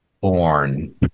Born